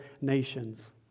nations